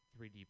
3d